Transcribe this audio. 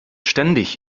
ständig